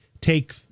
take